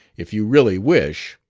if you really wish.